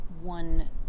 one